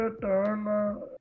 turn